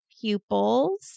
pupils